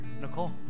Nicole